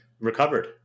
recovered